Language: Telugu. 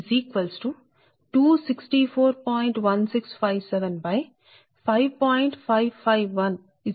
59